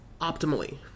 optimally